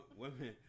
women